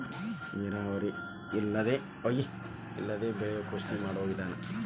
ನೇರಾವರಿ ಇಲ್ಲದೆ ಬೆಳಿಯು ಕೃಷಿ ಮಾಡು ವಿಧಾನಾ